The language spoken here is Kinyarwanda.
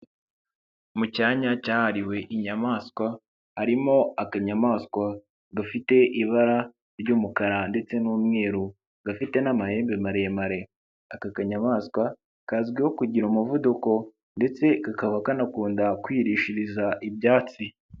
Mu cyanya cyahariwe inyamaswa, harimo akanyamaswa gafite ibara ry'umukara ndetse n'umweru, gafite n'amahembe maremare. Aka kanyamaswa kazwiho kugira umuvuduko ndetse kakaba kanakunda kwirishiriza ibyatsi.